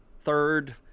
third